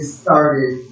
started